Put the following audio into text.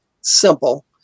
simple